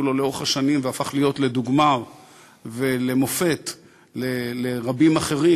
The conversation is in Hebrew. לו לאורך השנים והפך להיות לדוגמה ולמופת לרבים אחרים